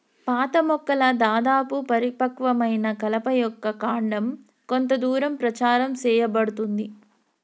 పాత మొక్కల దాదాపు పరిపక్వమైన కలప యొక్క కాండం కొంత దూరం ప్రచారం సేయబడుతుంది